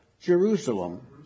Jerusalem